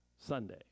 Sunday